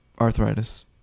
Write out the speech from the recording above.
arthritis